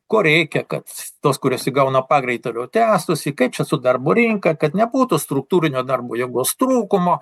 ko reikia kad tos kurios įgauna pagreitį toliau tęstųsi kaip čia su darbo rinka kad nebūtų struktūrinio darbo jėgos trūkumo